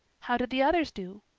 how did the others do?